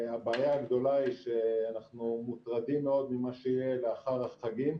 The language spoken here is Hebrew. הבעיה הגדולה היא שאנחנו מוטרדים מאוד ממה שיהיה לאחר החגים.